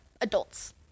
adults